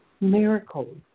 miracles